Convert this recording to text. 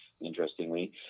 interestingly